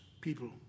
people